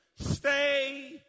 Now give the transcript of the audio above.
Stay